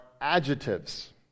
adjectives